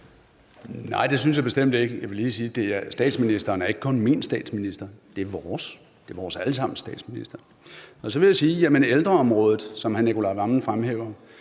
Nej, det synes jeg bestemt ikke. Jeg vil lige sige, at statsministeren ikke kun er min statsminister. Det er vores, det er vores alle sammens statsminister. Så vil jeg sige, at ældreområdet, som hr. Nicolai Wammen fremhæver,